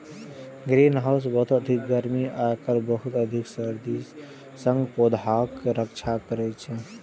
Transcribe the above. greenhouse बहुत अधिक गर्मी आ बहुत अधिक सर्दी सं पौधाक रक्षा करै छै